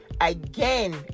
again